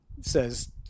says